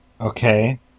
Okay